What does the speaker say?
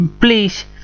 please